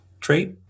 trait